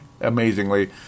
amazingly